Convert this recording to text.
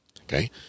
Okay